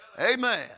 Amen